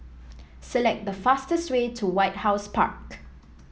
select the fastest way to White House Park